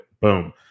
boom